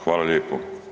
Hvala lijepo.